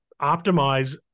optimize